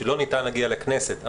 כשלא ניתן להגיע לכנסת,